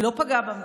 היא לא פגעה במדינה,